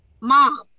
mom